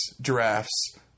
Giraffes